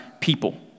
people